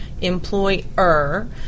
employer